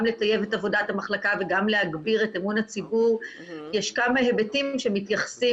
לטייב את עבודת המחלקה וגם להגביר את אמון הציבור יש כמה היבטים שמתייחסים